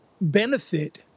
benefit